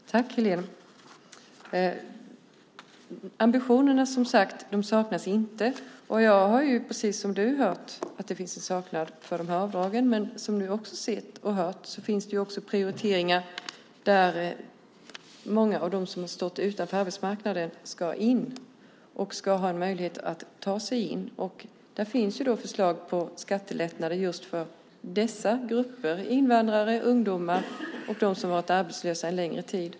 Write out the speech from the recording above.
Fru talman! Ambitionerna saknas som sagt var inte, och jag har ju precis som Helena Leander hört att det finns en saknad efter de här avdragen. Som vi nu också har sett och hört finns det även prioriteringar där många av dem som har stått utanför arbetsmarknaden ska få en möjlighet att ta sig in. Där finns förslag på skattelättnader just för invandrare, ungdomar och dem som varit arbetslösa en längre tid.